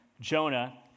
Jonah